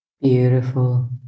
beautiful